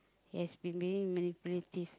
has been being manipulative